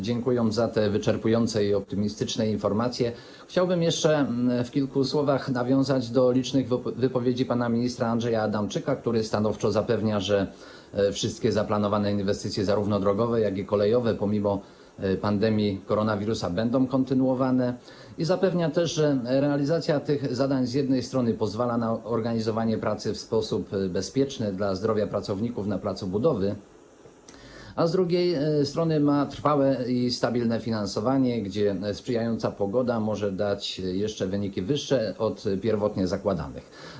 Dziękując za te wyczerpujące i optymistyczne informacje, chciałbym jeszcze w kilku słowach nawiązać do licznych wypowiedzi pana ministra Andrzeja Adamczyka, który stanowczo zapewnia, że wszystkie zaplanowane inwestycje zarówno drogowe, jak i kolejowe, pomimo pandemii koronawirusa, będą kontynuowane, i zapewnia też, że realizacja tych zadań z jednej strony pozwala na organizowanie pracy w sposób bezpieczny dla zdrowia pracowników na placu budowy, a z drugiej strony ma trwałe i stabilne finansowanie, przy czym sprzyjająca pogoda może dać wyniki jeszcze wyższe od pierwotnie zakładanych.